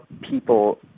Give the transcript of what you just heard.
people